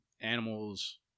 animals